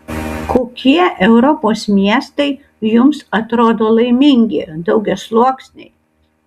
kokie europos miestai jums atrodo laimingi daugiasluoksniai